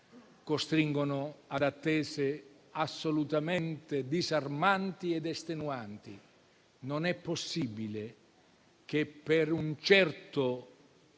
costringono ad attese assolutamente disarmanti ed estenuanti. Non è possibile che per un certo